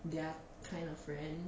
their kind of friend